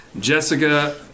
jessica